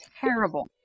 terrible